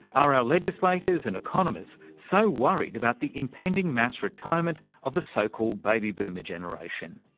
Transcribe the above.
are our legislators and economists so worried about the impending mass retirement of the so-called baby boomer generation?